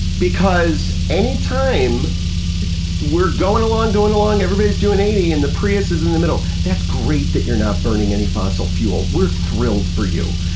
because anytime we're going along, going along, everybody's doing eighty and the prius is in the middle. that's great that you're not burning any fossil fuel, we're thrilled for you,